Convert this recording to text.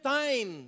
time